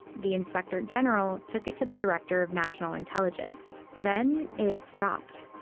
the inspector general took it to the director of national intelligence. then it stopped.